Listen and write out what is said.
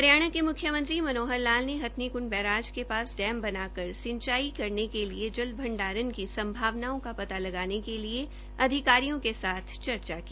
हरियाणा के म्ख्यमंत्री मनोहर लाल ने हंथनीकुंड बेराज के पास डैम बनाकर सिंचाई के लिए जल भंडारण की संभावनाओं का पता लगाने के लिए अधिकारियों के साथ चर्चा की